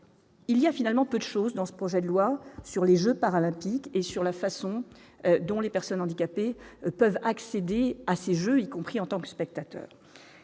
Il y a finalement peu de choses dans ce projet de loi sur les Jeux paralympiques et sur la façon dont les personnes handicapées peuvent accéder à ces jeux, y compris en tant que spectateur.